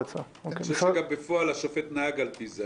אני חושב שגם בפועל השופט נהג על פי זה.